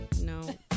No